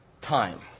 time